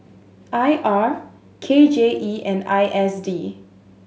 I R K J E and I S D